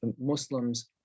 Muslims